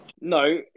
No